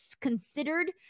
considered